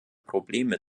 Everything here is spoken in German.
probleme